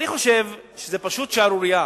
אני חושב שזאת שערורייה.